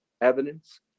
evidence